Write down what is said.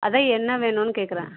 அதுதான் என்ன வேணும்னு கேட்குறேன்